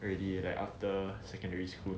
already like after secondary school